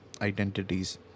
identities